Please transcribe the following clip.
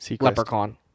Leprechaun